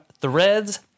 Threads